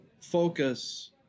focus